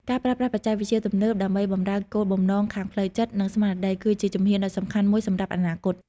ការប្រើប្រាស់បច្ចេកវិទ្យាទំនើបដើម្បីបម្រើគោលបំណងខាងផ្លូវចិត្ត និងស្មារតី គឺជាជំហានដ៏សំខាន់មួយសម្រាប់អនាគត។